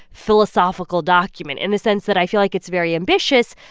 philosophical document in the sense that i feel like it's very ambitious,